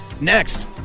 next